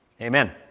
Amen